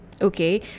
okay